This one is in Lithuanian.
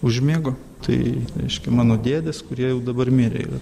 užmigo tai reiškia mano dėdės kurie jau dabar mirę yra